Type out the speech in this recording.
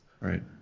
Right